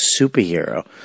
superhero